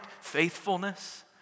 faithfulness